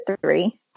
three